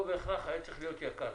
היה צריך להיות כך יקר.